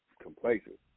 complacent